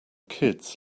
kids